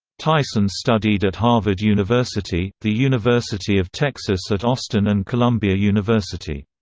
tyson studied at harvard university, the university of texas at austin and columbia university.